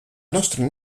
nostra